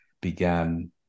began